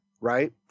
right